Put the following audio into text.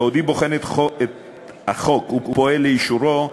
בעודי בוחן את החוק ופועל לאישורו,